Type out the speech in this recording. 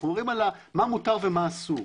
אנחנו מדברים מה מותר ומה אסור.